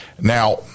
Now